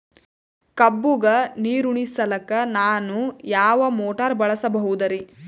ಕಬ್ಬುಗ ನೀರುಣಿಸಲಕ ನಾನು ಯಾವ ಮೋಟಾರ್ ಬಳಸಬಹುದರಿ?